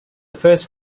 first